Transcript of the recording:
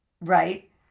right